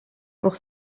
pour